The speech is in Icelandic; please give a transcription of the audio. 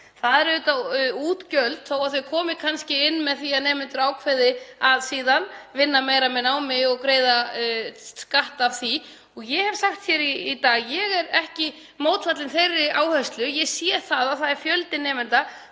Það eru útgjöld þó að þau komi kannski inn með því að nemendur ákveði síðan að vinna meira með námi og greiða skatta af því. Ég hef sagt hér í dag að ég er ekki mótfallin þeirri áherslu. Ég sé að það er fjöldi nemenda